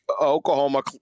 Oklahoma